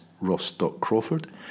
ross.crawford